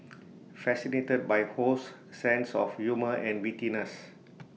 fascinated by Ho's sense of humour and wittiness